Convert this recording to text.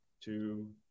two